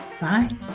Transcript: Bye